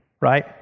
right